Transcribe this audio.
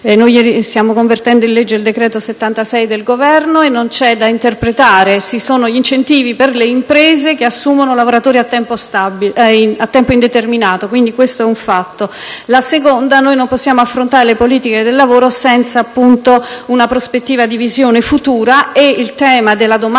noi stiamo convertendo in legge il decreto-legge n. 76 del Governo e non c'è da interpretare: ci sono gli incentivi per le imprese che assumono lavoratori a tempo indeterminato; quindi questo è un fatto. In secondo luogo, non possiamo affrontare le politiche del lavoro senza appunto una prospettiva di visione futura e il tema della domanda-offerta